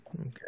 Okay